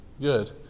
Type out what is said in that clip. Good